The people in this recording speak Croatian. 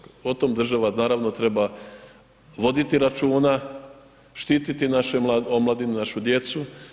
O tom država naravno treba voditi računa, štititi našu omladinu, našu djecu.